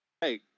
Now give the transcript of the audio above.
hey